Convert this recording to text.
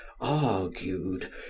argued